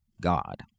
God